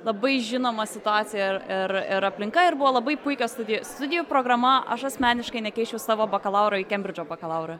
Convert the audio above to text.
labai žinoma situacija ir ir ir aplinka ir buvo labai puikios studija studijų programa aš asmeniškai nekeisčiau savo bakalauro į kembridžo bakalaurą